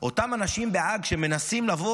אותם אנשים בהאג שמנסים לבוא,